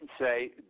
say